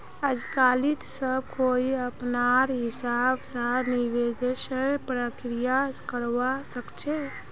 आजकालित सब कोई अपनार हिसाब स निवेशेर प्रक्रिया करवा सख छ